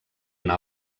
una